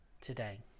Today